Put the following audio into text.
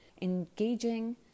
Engaging